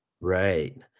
Right